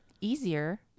easier